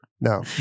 No